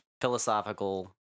philosophical